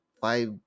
five